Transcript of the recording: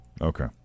Okay